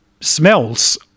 smells